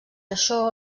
això